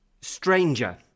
Stranger